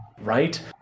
right